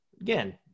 again